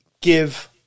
give